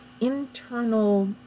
internal